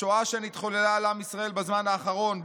השואה שנתחוללה על עם ישראל בזמן האחרון,